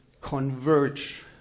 converge